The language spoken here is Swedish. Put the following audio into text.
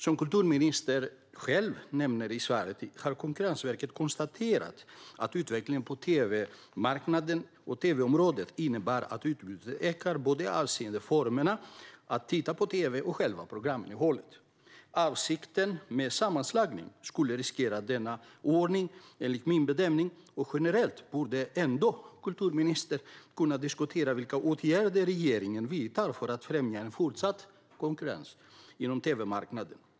Som kulturministern själv nämner i svaret har Konkurrensverket konstaterat att utvecklingen på tv-marknaden och tv-området innebär att utbudet ökar, både avseende formerna att titta på tv och själva programinnehållet. En sammanslagning skulle enligt min bedömning riskera denna ordning. Generellt borde kulturministern ändå kunna diskutera vilka åtgärder regeringen vidtar för att främja fortsatt konkurrens på tv-marknaden.